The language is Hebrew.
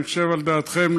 ואני חושב שעל דעתכם,